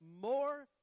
more